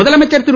முதலமைச்சர் திரு